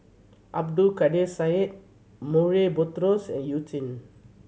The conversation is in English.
Abdul Kadir Syed Murray Buttrose and You Jin